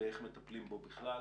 באיך מטפלים בו בכלל.